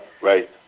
Right